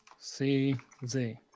CZ